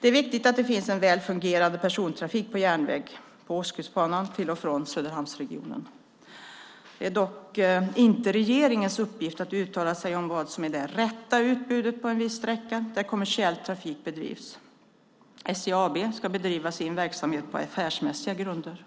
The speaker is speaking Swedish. Det är viktigt att det finns en väl fungerande persontrafik på järnväg på Ostkustbanan till och från Söderhamnsregionen. Det är dock inte regeringens uppgift att uttala sig om vad som är det rätta utbudet på en viss sträcka där kommersiell trafik bedrivs. SJ AB ska bedriva sin verksamhet på affärsmässiga grunder.